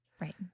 Right